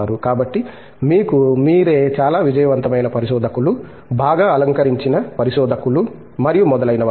కాబట్టి మీకు మీరే చాలా విజయవంతమైన పరిశోధకులు బాగా అలంకరించిన పరిశోధకులు మరియు మొదలైనవారు